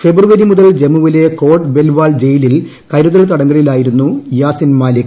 ഫെബ്രുവരി മുതൽ ിജ്മ്മുവിലെ കോട്ട് ബൽവാൽ ജയിലിൽ കരുതൽ തടങ്കലിലായിരുന്നു യാസിൻ മാലിക്